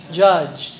judge